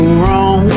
wrong